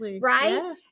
right